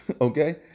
okay